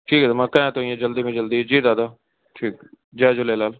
ठीकु आहे मां कयां थो ईअं जल्दी में जल्दी जी दादा ठीकु जय झूलेलाल